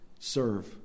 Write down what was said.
Serve